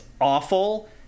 awful